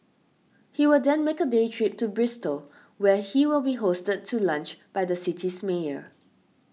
he will then make a day trip to Bristol where he will be hosted to lunch by the city's mayor